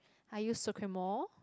I use